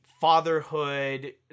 fatherhood